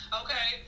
okay